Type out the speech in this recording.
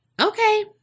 okay